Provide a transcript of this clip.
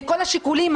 לכל השיקולים,